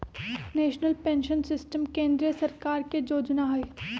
national pension system केंद्रीय सरकार के जोजना हइ